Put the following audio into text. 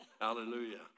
Hallelujah